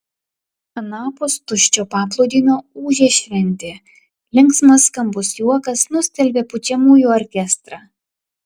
anapus tuščio paplūdimio ūžė šventė linksmas skambus juokas nustelbė pučiamųjų orkestrą